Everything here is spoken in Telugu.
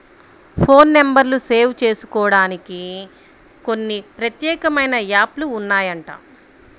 ఫోన్ నెంబర్లు సేవ్ జేసుకోడానికి కొన్ని ప్రత్యేకమైన యాప్ లు ఉన్నాయంట